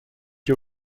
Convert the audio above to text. you